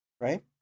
Right